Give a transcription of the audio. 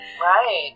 right